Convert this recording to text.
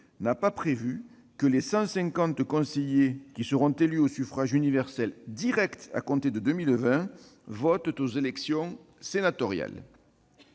n'a pas prévu que les 150 conseillers qui seront élus au suffrage universel direct à compter de 2020 participent aux élections sénatoriales.